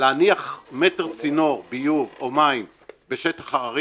להניח מטר צינור ביוב או מים בשטח הררי